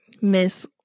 Miss